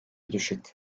düşük